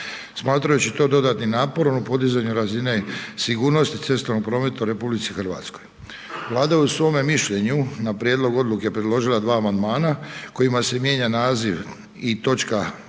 smatrajući to dodatnim naporom u podizanju razine sigurnosti u cestovnom prometu u RH. Vlada je u svome mišljenju na prijedlog odluke predložila dva amandmana kojima se mijenja naziv i točka 1.